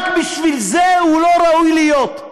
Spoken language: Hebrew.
רק בגלל זה הוא לא ראוי להיות,